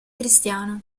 cristiano